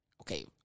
okay